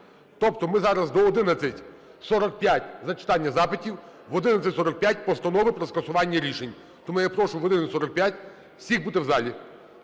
Тобто ми зараз до 11:45 – зачитання запитів, в 11:45 – постанови про скасування рішень. Тому я прошу годину 45 всіх бути в залі.